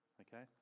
Okay